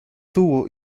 tuvo